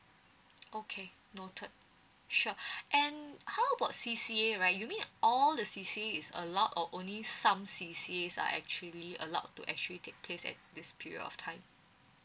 okay noted sure and how about C_C_A right you mean all the C_C_A is allowed or only some C_C_A are actually allowed to actually take place at this period of time